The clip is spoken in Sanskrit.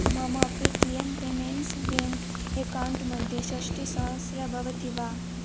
मम Paytm payments bank account मध्ये षष्टिसहस्रं भवति वा